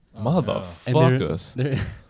Motherfuckers